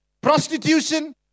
prostitution